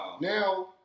now